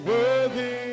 Worthy